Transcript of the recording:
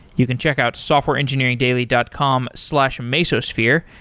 you can check out softwareengineeringdaily dot com slash mesosphere,